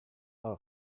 out